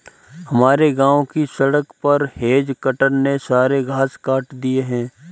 हमारे गांव की सड़क पर हेज कटर ने सारे घास काट दिए हैं